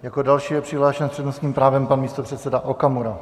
Jako další je přihlášen s přednostním právem pan místopředseda Okamura.